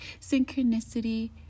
synchronicity